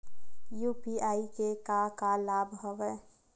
UPI के का का लाभ हवय?